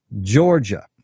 Georgia